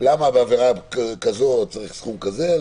למה בעבירה כזאת צריך סכום כזה וכזה,